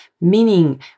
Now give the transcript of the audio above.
meaning